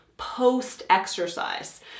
post-exercise